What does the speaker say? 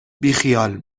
بیخیال